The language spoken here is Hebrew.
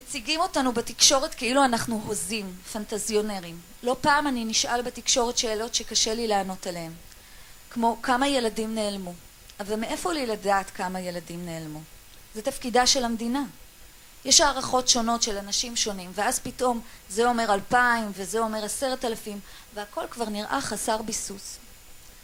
הם מציגים אותנו בתקשורת כאילו אנחנו הוזים, פנטזיונרים. לא פעם אני נשאל בתקשורת שאלות שקשה לי לענות עליהן. כמו, כמה ילדים נעלמו? אבל מאיפה לי לדעת כמה ילדים נעלמו? זה תפקידה של המדינה. יש הערכות שונות של אנשים שונים, ואז פתאום זה אומר אלפיים, וזה אומר עשרת אלפים, והכל כבר נראה חסר ביסוס.